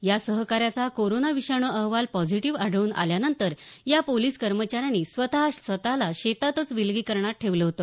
या सहकाऱ्याचा कोरोना विषाणू अहवाल पॉझिटिव्ह आढळून आल्यानंतर या पोलिस कर्मचारी स्वत शेतातच विलगीकरणात राहिला होता